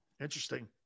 Interesting